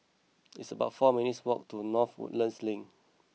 it's about four minutes' walk to North Woodlands Link